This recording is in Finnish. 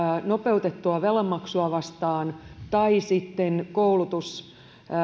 nopeutettua velanmaksua vastaan tai sitten koulutus